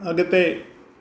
अॻिते